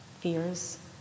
fears